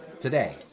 Today